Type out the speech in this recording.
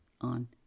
on